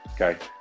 okay